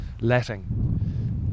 letting